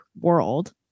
world